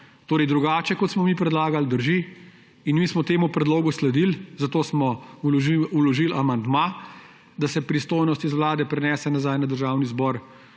Torej drugače, kot smo mi predlagali, drži. Mi smo temu predlogu sledili, zato smo vložili amandma, da se pristojnosti z Vlade prenese nazaj na Državni zbor.